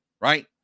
right